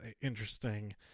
interesting